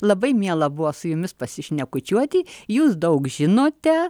labai miela buvo su jumis pasišnekučiuoti jūs daug žinote